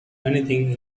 anything